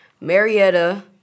Marietta